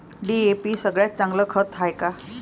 DAP सगळ्यात चांगलं खत हाये का?